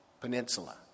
Peninsula